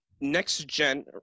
next-gen